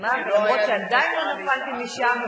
אף שעדיין לא נפלתי משם,